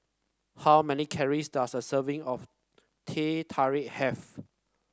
how many calories does a serving of Teh Tarik have